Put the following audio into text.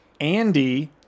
Andy